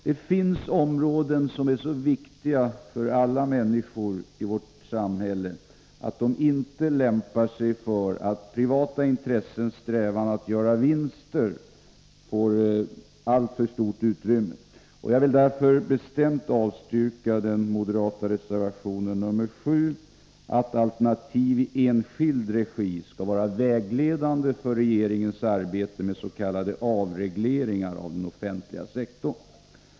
Det finns områden som är så viktiga för alla människor i vårt samhälle att de inte lämpar sig för att privata intressens strävan att göra vinster får alltför stort utrymme. Jag vill därför bestämt avstyrka den moderata reservationen 7 att alternativ i enskild regi skall vara vägledande för regeringens arbete med s.k. avregleringar av den offentliga sektorn.